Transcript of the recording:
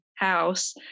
House